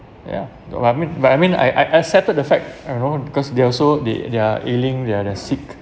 ya what I mean but I mean I I I settled the fact you know because they also they they are ailing they're they're sick